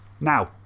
Now